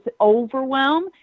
overwhelm